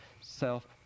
self